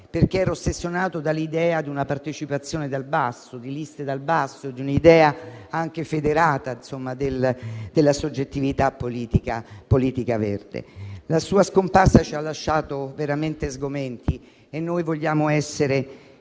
perché era ossessionato dall'idea di una partecipazione dal basso, di liste dal basso, di un'idea anche federata della soggettività politica verde. La sua scomparsa ci ha lasciato veramente sgomenti e noi vogliamo essere